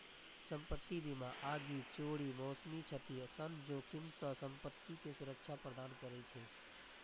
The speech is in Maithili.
संपत्ति बीमा आगि, चोरी, मौसमी क्षति सन जोखिम सं संपत्ति कें सुरक्षा प्रदान करै छै